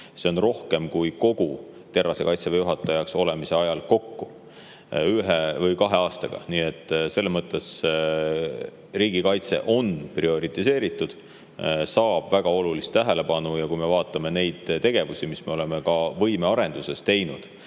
See on rohkem kui Terrase Kaitseväe juhatajaks olemise ajal kokku ühe või kahe aastaga, nii et selles mõttes on riigikaitse prioriteet, see saab väga olulist tähelepanu. Kui me vaatame tegevusi, mis me oleme võimearenduses teinud,